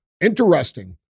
interesting